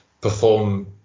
perform